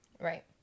Right